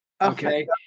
okay